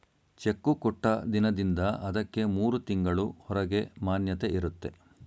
cheque ಕೊಟ್ಟ ದಿನದಿಂದ ಅದಕ್ಕೆ ಮೂರು ತಿಂಗಳು ಹೊರಗೆ ಮಾನ್ಯತೆ ಇರುತ್ತೆ